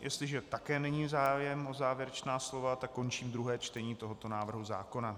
Jestliže také není zájem o závěrečná slova, tak končím druhé čtení tohoto návrhu zákona.